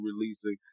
releasing